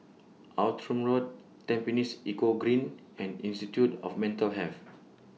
Outram Road Tampines Eco Green and Institute of Mental Health